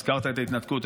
הזכרת את ההתנתקות,